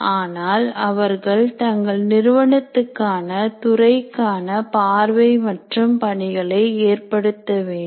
ஆனால் அவர்கள் தங்கள் நிறுவனத்துக்கான துறைக்கான பார்வை மற்றும் பணிகளை ஏற்படுத்த வேண்டும்